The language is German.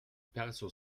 perso